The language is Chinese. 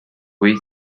围棋